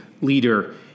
leader